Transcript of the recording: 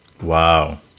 Wow